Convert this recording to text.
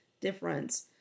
difference